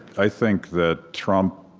i think that trump,